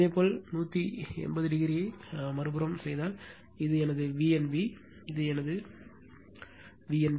எனவே இதேபோல் 180o ஐ மறுபுறம் செய்தால் இது எனது V n b இது எனது V n b